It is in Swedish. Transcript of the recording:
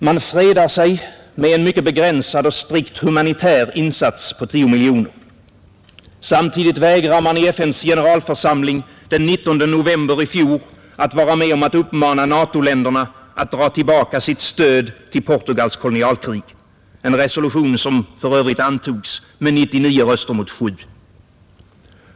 Man fredar sig med en mycket begränsad och strikt humanitär insats på 10 miljoner. Samtidigt vägrar man i FN:s generalförsamling — det gjorde man den 19 november i fjol — att vara med om att uppmana NATO-länderna att dra tillbaka sitt stöd till Portugals kolonialkrig; resolutionen antogs för övrigt med 99 röster mot 7.